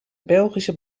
belgische